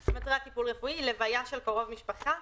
לוויה של קרוב משפחה,